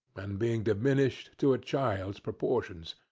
and being diminished to a child's proportions.